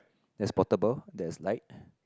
that's portable there's light